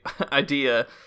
idea